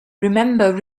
remember